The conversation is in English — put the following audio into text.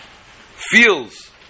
feels